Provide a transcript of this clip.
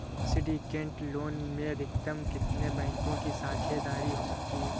Syndicate loan में अधिकतम कितने बैंकों की साझेदारी हो सकती है?